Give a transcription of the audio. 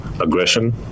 aggression